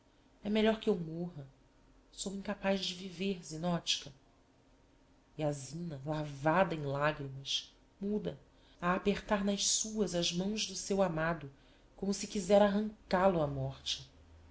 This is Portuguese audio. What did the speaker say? é melhor que eu morra sou incapaz de viver zinotchka e a zina lavada em lagrimas muda a apertar nas suas as mãos do seu amado como se quiséra arrancál o á morte